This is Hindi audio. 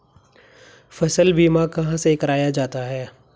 फसल बीमा कहाँ से कराया जाता है?